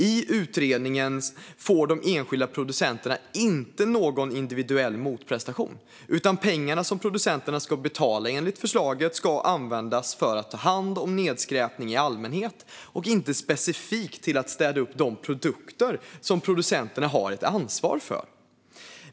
I utredningen får de enskilda producenterna inte någon individuell motprestation, utan pengarna som producenterna enligt förslaget ska betala ska användas för att ta hand om nedskräpning i allmänhet och inte till att specifikt städa upp de produkter som producenterna har ansvar för.